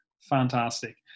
fantastic